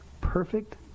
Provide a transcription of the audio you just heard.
Perfect